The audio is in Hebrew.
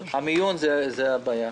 המיון הוא הבעיה.